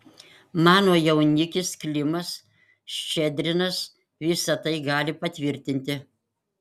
mano jaunikis klimas ščedrinas visa tai gali patvirtinti